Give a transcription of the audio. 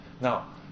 Now